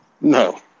No